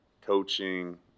coaching